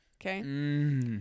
okay